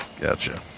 gotcha